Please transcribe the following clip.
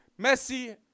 Messi –